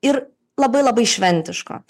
ir labai labai šventiško